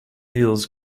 eels